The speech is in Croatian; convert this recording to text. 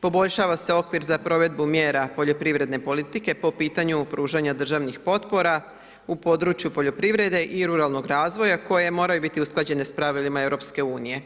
Poboljšava se okvir za provedbu mjera poljoprivredne politike po pitanju pružanju državnih potpora u području poljoprivrede i ruralnog razvoja koje moraju biti usklađene sa pravilima EU-a